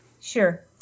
Sure